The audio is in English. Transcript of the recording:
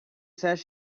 says